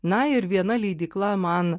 na ir viena leidykla man